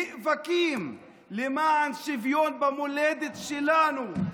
נאבקים למען שוויון במולדת שלנו.